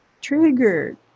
triggered